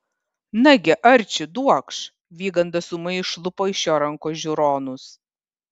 nagi arči duokš vygandas ūmai išlupo iš jo rankos žiūronus